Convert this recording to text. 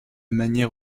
manière